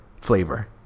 flavor